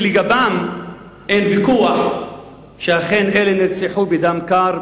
שלגביהם אין ויכוח שאכן הם נרצחו בדם קר,